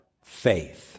faith